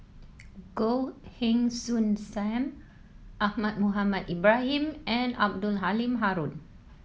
Goh Heng Soon Sam Ahmad Mohamed Ibrahim and Abdul Halim Haron